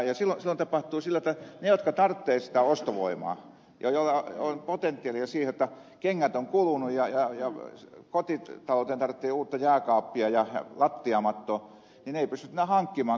silloin tapahtuu sillä tavalla että ne jotka tarvitsevat sitä ostovoimaa ja joilla on potentiaalia siihen kun kengät ovat kuluneet ja kotitalouteen tarvitaan uutta jääkaappia ja lattiamattoa eivät pysty näitä hankkimaan koska heillä ei ole rahaa siihen